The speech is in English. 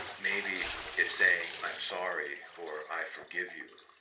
maybe it's saying i'm sorry, or i forgive you,